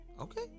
Okay